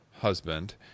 husband